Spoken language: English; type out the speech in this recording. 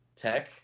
Tech